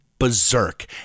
Berserk